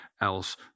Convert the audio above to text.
else